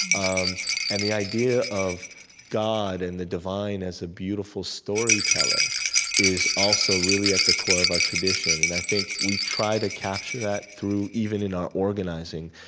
um and the idea of god and the divine as a beautiful storyteller is also really at the core of our tradition. and i think we try to capture that through even in our organizing.